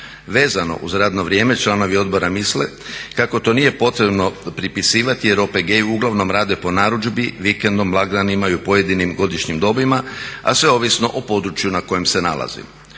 Vezano uz radno vrijeme članovi odbora misle kako to nije potrebno pripisivati jer OPG-i uglavnom rade po narudžbi, vikendom, blagdanima i u pojedinim godišnjim dobima a sve ovisno o području na kojem se nalazi.